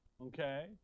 Okay